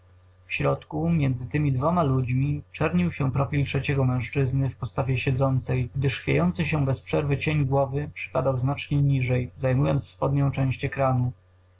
w środku między tymi dwoma ludźmi czernił się profil trzeciego mężczyzny w postawie siedzącej gdyż chwiejący się bez przerwy cień głowy przypadał znacznie niżej zajmując spodnią część ekranu